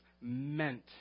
meant